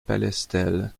palestel